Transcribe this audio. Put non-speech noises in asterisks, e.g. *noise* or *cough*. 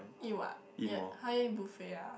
eat what *noise* [huh] you want eat buffet ah